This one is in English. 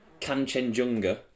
Kanchenjunga